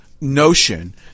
notion